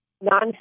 non